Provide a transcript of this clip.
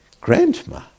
grandma